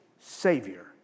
Savior